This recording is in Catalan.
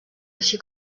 així